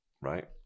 right